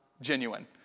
genuine